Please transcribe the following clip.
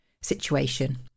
situation